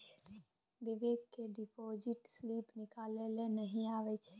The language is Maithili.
बिबेक केँ डिपोजिट स्लिप निकालै लेल नहि अबैत छै